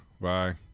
Bye